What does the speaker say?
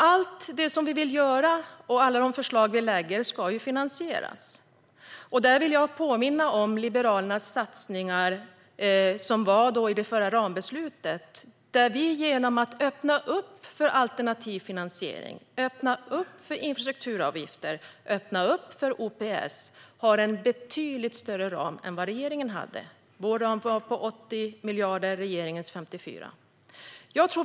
Allt vi vill göra och alla förslag vi lägger fram ska finansieras. Jag vill påminna om Liberalernas satsningar i det förra rambeslutet, där vi genom att öppna för alternativ finansiering, för infrastrukturavgifter och för OPS har en betydligt större ram än regeringen. Vår satsning var på 80 miljarder och regeringens på 54 miljarder.